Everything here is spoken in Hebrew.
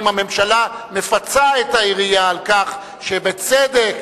אם הממשלה מפצה את העירייה על כך שבצדק